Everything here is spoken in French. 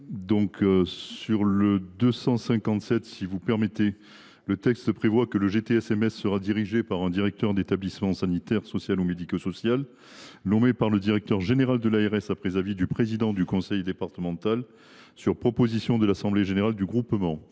sur l’amendement n° 257. Le texte prévoit que le GTSMS sera dirigé par un directeur d’établissement sanitaire, social ou médico social, nommé par le directeur général de l’ARS après avis du président du conseil départemental, sur proposition de l’assemblée générale du groupement.